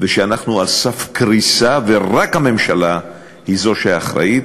שאנחנו על סף קריסה ורק הממשלה היא שאחראית,